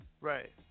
Right